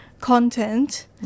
content